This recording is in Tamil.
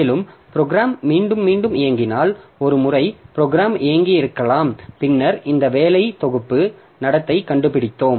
மேலும் ப்ரோக்ராம் மீண்டும் மீண்டும் இயங்கினால் ஒரு முறை ப்ரோக்ராம் இயக்கியிருக்கலாம் பின்னர் இந்த வேலை தொகுப்பு நடத்தை கண்டுபிடித்தோம்